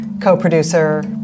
co-producer